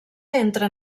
entre